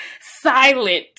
Silent